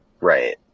Right